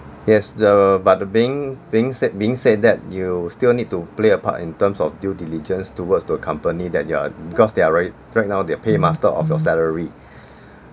yes the but being being said being said that you still need to play a part in terms of due diligence towards to a company that you are because they are right right now they are paymaster of your salary